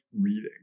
reading